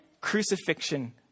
crucifixion